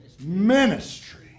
ministry